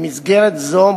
במסגרת זו,